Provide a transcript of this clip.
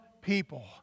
people